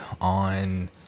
on